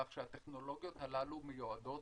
כך שהטכנולוגיות הללו מיועדות